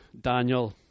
Daniel